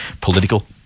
political